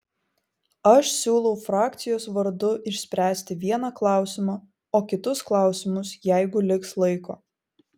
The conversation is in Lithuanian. aš siūlau frakcijos vardu išspręsti vieną klausimą o kitus klausimus jeigu liks laiko